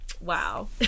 wow